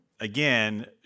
Again